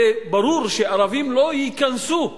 הרי ברור שערבים לא ייכנסו בכלל,